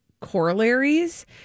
corollaries